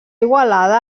igualada